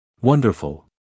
Wonderful